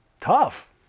tough